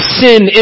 sin